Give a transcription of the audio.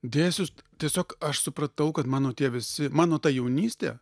dėjosi tiesiog aš supratau kad mano tie visi mano ta jaunystė